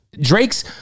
Drake's